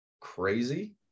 crazy